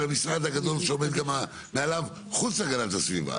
המשרד הגדול שעומד גם מעליו חוץ מהגנת הסביבה?